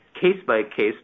case-by-case